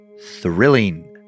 Thrilling